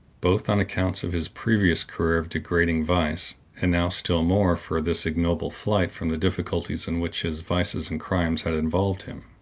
both on account of his previous career of degrading vice, and now, still more, for this ignoble flight from the difficulties in which his vices and crimes had involved him.